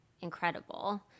incredible